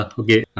okay